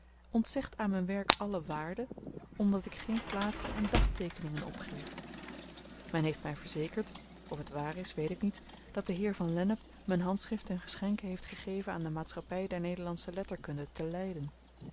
gedrukt ontzegt aan m'n werk alle waarde omdat ik geen plaatsen en dagteekeningen opgeef men heeft my verzekerd of t waar is weet ik niet dat de heer van lennep m'n handschrift ten geschenke heeft gegeven aan de maatschappy der nederlandsche letterkunde te